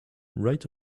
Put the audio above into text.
write